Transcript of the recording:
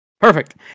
Perfect